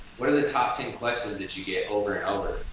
what are the top ten questions that you get over and over?